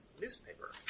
newspaper